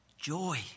Joy